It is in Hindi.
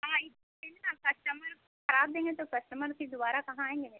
हाँ ना कस्टमर खराब देंगे तो कस्टमर फिर दोबारा कहाँ आएँगे लेने